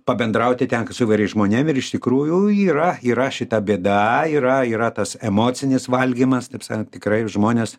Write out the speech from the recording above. pabendrauti tenka su įvairiais žmonėm ir iš tikrųjų yra yra šita bėda yra yra tas emocinis valgymas taip sakant tikrai žmonės